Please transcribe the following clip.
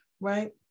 right